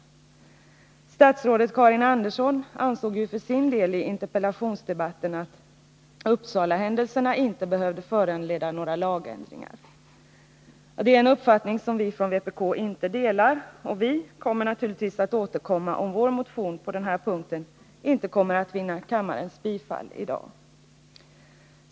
Statsrådet Karin Andersson ansåg ju för sin del i interpellationsdebatten att Uppsalahändelserna inte behövde föranleda några lagändringar. Det är en uppfattning som vi från vpk inte delar, och vi ämnar naturligtvis återkomma, om vår motion på den punkten inte vinner kammarens bifall i dag.